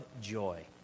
joy